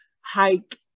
hike